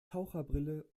taucherbrille